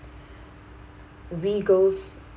we girls